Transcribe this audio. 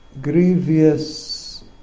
grievous